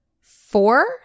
four